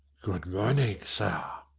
good-morning, sir,